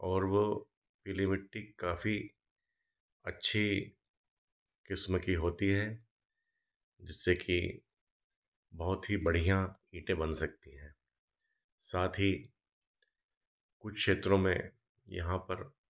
और वो पीली मिट्टी काफी अच्छी किस्म की होती है जिससे कि बहुत ही बढ़िया ईंटें बन सकती हैं साथ ही कुछ क्षेत्रों में यहाँ पर